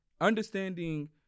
understanding